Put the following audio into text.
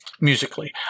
musically